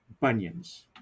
bunions